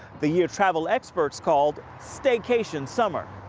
the year travel experts called staycation summer.